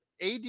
AD